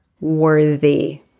worthy